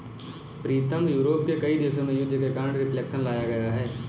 प्रीतम Europe के कई देशों में युद्ध के कारण रिफ्लेक्शन लाया गया है